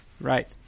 Right